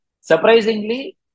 surprisingly